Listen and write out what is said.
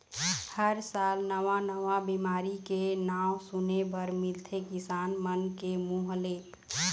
हर साल नवा नवा बिमारी के नांव सुने बर मिलथे किसान मन के मुंह ले